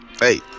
hey